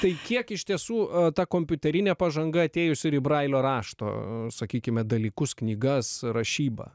tai kiek iš tiesų ta kompiuterinė pažanga atėjusi ir į brailio rašto sakykime dalykus knygas rašybą